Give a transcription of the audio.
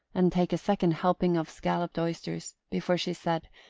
and take a second helping of scalloped oysters, before she said,